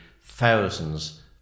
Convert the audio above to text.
thousands